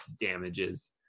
damages